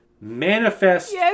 manifest